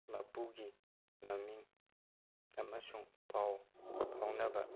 ꯃꯄꯨꯒꯤ ꯃꯃꯤꯡ ꯑꯃꯁꯨꯡ ꯄꯥꯎ ꯐꯥꯎꯅꯕ